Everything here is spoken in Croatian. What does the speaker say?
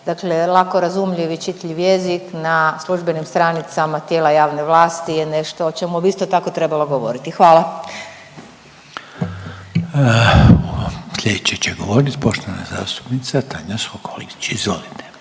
dakle lako razumljiv i čitljiv jezik na službenim stranicama tijela javne vlasti je nešto o čemu bi isto tako trebalo govoriti, hvala. **Reiner, Željko (HDZ)** Slijedeći će govorit poštovana zastupnica Tanja Sokolić, izvolite.